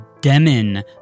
Demon